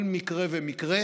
כל מקרה ומקרה